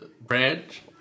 Branch